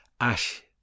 ash